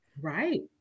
Right